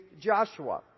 Joshua